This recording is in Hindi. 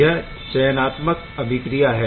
यह चायनात्मक अभिक्रिया है